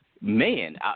Man